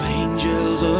angels